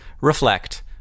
reflect